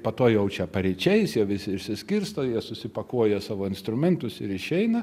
po to jau čia paryčiais jau visi išsiskirsto jie susipakuoja savo instrumentus ir išeina